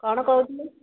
କ'ଣ କହୁଥିଲୁ